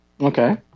Okay